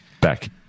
back